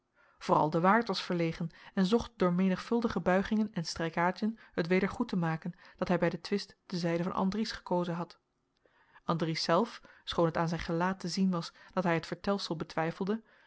vooral de waard was verlegen en zocht door menigvuldige buigingen en strijkaadjen het weder goed te maken dat hij bij den twist de zijde van andries gekozen had andries zelf schoon het aan zijn gelaat te zien was dat hij het vertelsel betwijfelde